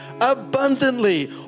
abundantly